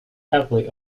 heavily